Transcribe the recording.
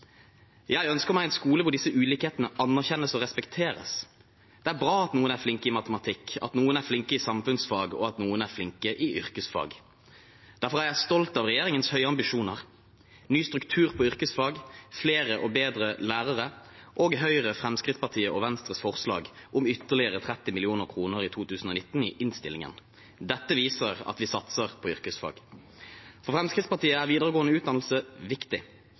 at noen er flinke i matematikk, at noen er flinke i samfunnsfag, og at noen er flinke i yrkesfag. Derfor er jeg stolt av regjeringens høye ambisjoner – ny struktur på yrkesfag, flere og bedre lærere og Høyre, Fremskrittspartiet og Venstres forslag i innstillingen om ytterligere 30 mill. kr i 2019. Dette viser at vi satser på yrkesfag. For Fremskrittspartiet er videregående utdannelse viktig.